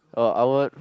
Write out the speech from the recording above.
oh I want